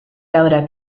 laura